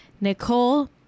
Nicole